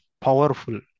powerful